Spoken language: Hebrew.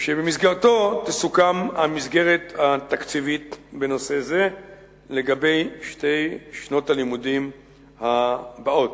שבמסגרתו תסוכם המסגרת התקציבית בנושא זה לגבי שתי שנות הלימודים הבאות.